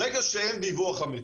ברגע שאין דיווח אמתי,